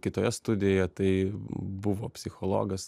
kitoje studijoje tai buvo psichologas